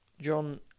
John